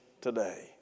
today